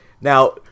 now